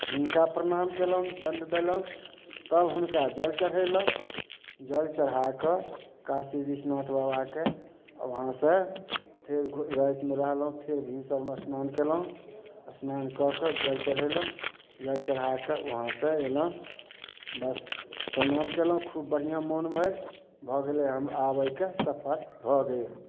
हुनका प्रणाम केलहुॅं डण्ड देलहुॅं तब हुनका जल चढ़ेलहुॅं जल चढ़ाकऽ काशी बिश्वनाथ बाबाके अऽ उहाँ सँ फेर रातिमे रहलहुॅं फेर भिनसरमे स्नान केलहुॅं स्नान कऽ कऽ जल चढ़ेलहुॅं जल चढ़ाकऽ उहाँ सँ एलौ बस परनाम केलौ खूब बढ़िआँ मन भैर भऽ गेलै हम आब अइ कऽ सफर भऽ गेल